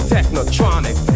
TechnoTronic